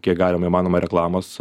kiek galim įmanoma reklamos